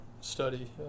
study